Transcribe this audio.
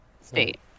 state